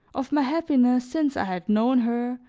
of my happiness since i had known her,